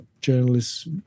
journalists